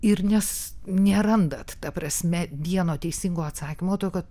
ir nes nerandat ta prasme vieno teisingo atsakymo to kad